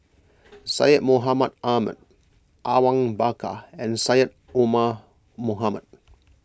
Syed Mohamed Ahmed Awang Bakar and Syed Omar Mohamed